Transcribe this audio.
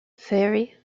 faerie